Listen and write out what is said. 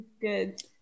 good